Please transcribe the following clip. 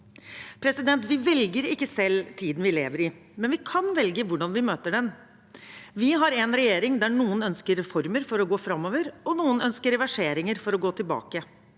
tilbud. Vi velger ikke selv tiden vi lever i, men vi kan velge hvordan vi møter den. Vi har en regjering der noen ønsker reformer for å gå framover, og noen ønsker reverseringer for å gå tilbake.